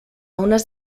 unes